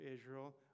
Israel